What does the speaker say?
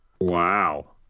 Wow